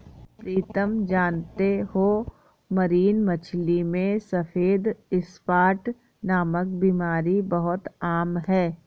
प्रीतम जानते हो मरीन मछली में सफेद स्पॉट नामक बीमारी बहुत आम है